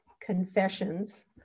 confessions